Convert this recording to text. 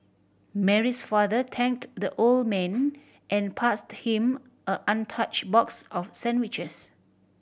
Mary's father thanked the old man and passed him a untouched box of sandwiches